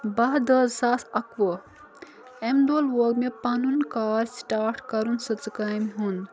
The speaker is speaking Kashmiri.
بَہہ دَہ زٕ ساس اَکہٕ وُہ اَمہِ دۄہ لوگ مےٚ پَنُن کار سِٹاٹ کَرُن سٕژٕ کامہِ ہُنٛد